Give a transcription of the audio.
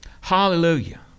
Hallelujah